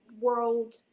world